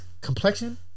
Complexion